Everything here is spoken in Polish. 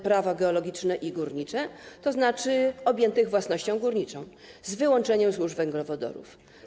Prawo geologiczne i górnicze, tzn. objętych własnością górniczą, z wyłączeniem złóż węglowodorów.